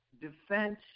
defense